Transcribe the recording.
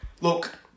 look